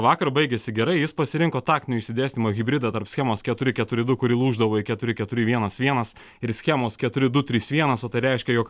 vakar baigėsi gerai jis pasirinko taktinio išsidėstymo hibridą tarp schemos keturi keturi du kuri lūždavo į keturi keturi vienas vienas ir schemos keturi du trys vienas o tai reiškia jog